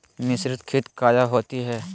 मिसरीत खित काया होती है?